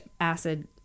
acid